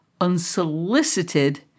unsolicited